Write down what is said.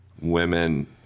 women